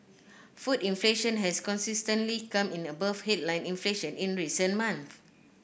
food inflation has consistently come in above headline inflation in recent months